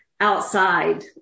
outside